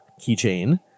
keychain